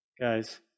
guys